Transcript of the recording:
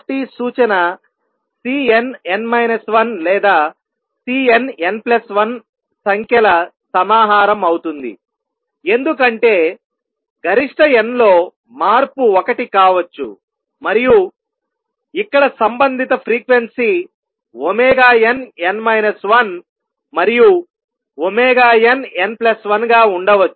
x సూచన Cnn 1 లేదా Cnn1 సంఖ్యల సమాహారం అవుతుంది ఎందుకంటే గరిష్ట n లో మార్పు 1 కావచ్చు మరియు ఇక్కడ సంబంధిత ఫ్రీక్వెన్సీ nn 1 మరియు nn1 గా ఉండవచ్చు